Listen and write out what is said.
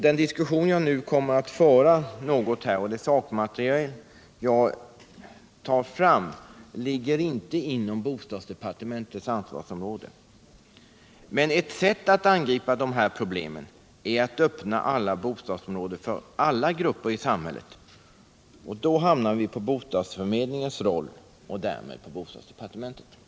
Den diskussion som jag här kommer att föra, och det sakmaterial som jag då för fram, ligger inte inom bostadsdepartementets ansvarsområde. Men ett sätt att angripa problemen är att öppna alla bostadsområden för samtliga grupper i samhället, och då kommer vi också till bostadsförmedlingens roll och hamnar därmed inom bostadsdepartementets område.